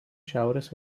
šiaurės